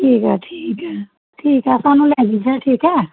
ਠੀਕ ਹੈ ਠੀਕ ਹੈ ਠੀਕ ਹੈ ਸਾਨੂੰ ਲੈ ਜੀ ਫਿਰ ਠੀਕ ਹੈ